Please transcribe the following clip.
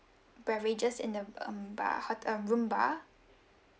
beverages and the um bar hotel room bar